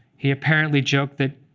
he apparently joked that,